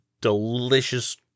delicious